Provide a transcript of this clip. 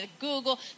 Google